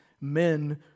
men